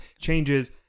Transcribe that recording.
changes